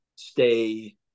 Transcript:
stay